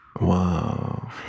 Wow